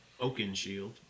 Oakenshield